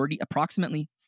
approximately